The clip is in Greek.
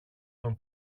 τον